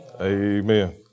Amen